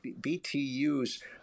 BTUs